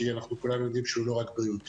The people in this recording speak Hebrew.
כי כולנו יודעים שהוא לא רק בריאותי